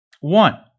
one